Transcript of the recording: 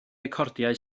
recordiau